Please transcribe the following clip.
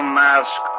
mask